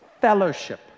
fellowship